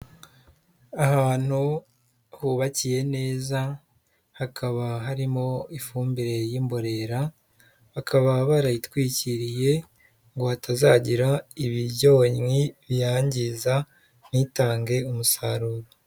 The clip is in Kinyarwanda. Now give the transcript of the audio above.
Ahantu hubakiye neza, hakaba harimo ifumbire y'imborera, bakaba barayitwikiriye ngo hatazagira ibyonnyi biyangiza, ntitange umusaruro.